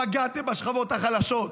פגעתם בשכבות החלשות.